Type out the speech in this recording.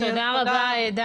תודה רבה, דני.